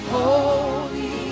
Holy